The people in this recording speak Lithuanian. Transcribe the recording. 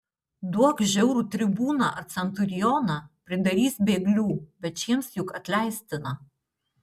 duok žiaurų tribūną ar centurioną pridarys bėglių bet šiems juk atleistina